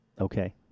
Okay